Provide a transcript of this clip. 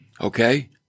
okay